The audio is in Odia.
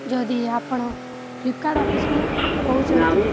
ଯଦି ଆପଣ ଫ୍ଲିପକାର୍ଟ ଅଫିସ୍ରୁ କହୁଛନ୍ତି